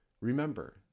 remember